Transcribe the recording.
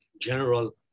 general